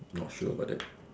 not sure but then